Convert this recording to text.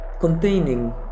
containing